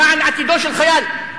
למען עתידו של חייל,